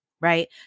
right